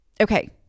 okay